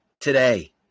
today